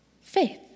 faith